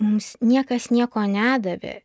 mums niekas nieko nedavė